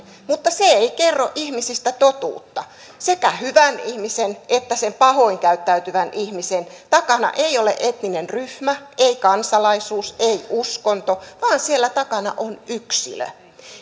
mutta se ei kerro ihmisistä totuutta sekä hyvän ihmisen että sen pahoin käyttäytyvän ihmisen takana ei ole etninen ryhmä ei kansalaisuus ei uskonto vaan siellä takana on yksilö